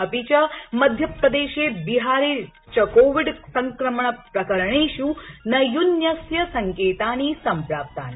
अपि च मध्यप्रदेशे बिहारे च कोविड संक्रमण प्रकरणेष् नैयून्यस्य संकेतानि सम्प्राप्तानि